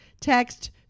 text